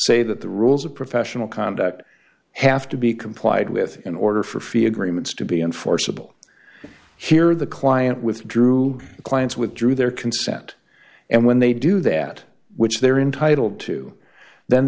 say that the rules of professional conduct have to be complied with in order for fee agreements to be enforceable here the client withdrew the clients withdrew their consent and when they do that which they're entitled to then